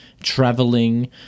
traveling